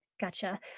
Gotcha